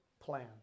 plan